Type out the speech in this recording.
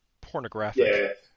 pornographic